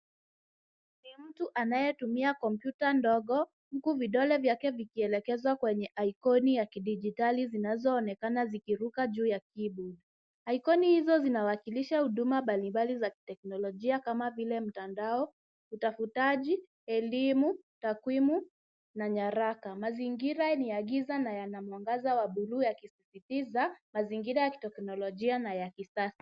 Ni mtu anayetumia kompyuta ndogo, huku vidole vyake vikielekezwa kwenye ikoni ya kidigitali zinazoonekana zikiruka juu ya kibodi. Ikoni hizo zinawakilisha huduma mbalimbali za kiteknolojia kama vile mtandao, utafutaji, elimu, takwimu, na nyaraka. Mazingira ni ya giza na yana mwangaza wa bluu yakisisitiza mazingira ya kiteknolojia na ya kisasa.